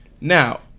Now